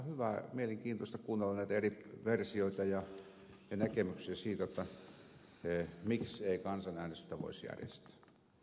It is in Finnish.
on ollut mielenkiintoista kuunnella näitä eri versioita ja näkemyksiä siitä jotta miksei kansanäänestystä voisi järjestää